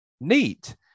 neat